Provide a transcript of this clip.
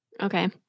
Okay